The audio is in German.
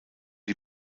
die